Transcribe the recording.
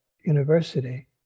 university